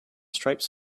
striped